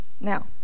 Now